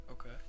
Okay